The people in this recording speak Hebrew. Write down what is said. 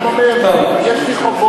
בהוצאה לפועל פשוט בן-אדם אומר: יש לי חובות,